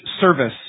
service